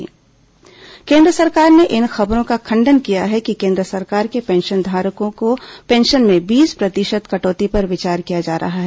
corona pension कटौती खंडन केन्द्र सरकार ने इन खबरों का खंडन किया है कि केन्द्र सरकार के पेंशनधारकों की पेंशन में बीस प्रतिशत कटौती पर विचार किया जा रहा है